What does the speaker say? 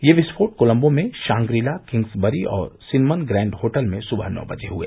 ये विस्फोट कोलम्बो में शांग्रीला किंग्सबरी और सिनमन ग्रैंड होटल में सुबह नौ बजे हुए